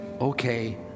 okay